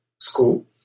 school